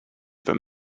than